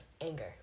anger